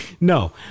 No